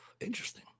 Interesting